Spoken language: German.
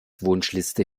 wunschliste